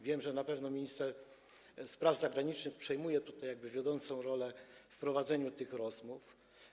Wiem, że na pewno minister spraw zagranicznych przejmuje wiodącą rolę w prowadzeniu tych rozmów.